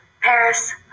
Paris